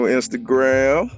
Instagram